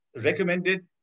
recommended